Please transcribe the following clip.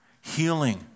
healing